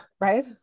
Right